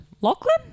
Lachlan